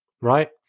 right